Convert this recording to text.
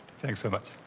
thanks so much.